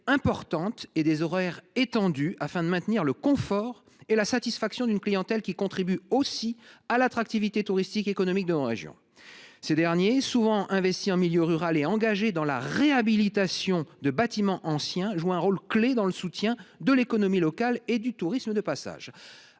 importante et des horaires étendus, nécessaires pour maintenir le confort et la satisfaction d’une clientèle qui contribue aussi à l’attractivité touristique et économique de nos régions. Les exploitants de ces hébergements, souvent investis en milieu rural et engagés dans la réhabilitation de bâtiments anciens, jouent un rôle clé dans le soutien de l’économie locale et du tourisme de passage.